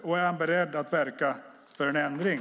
Är Anders Borg beredd att verka för en ändring?